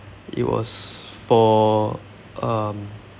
it was for um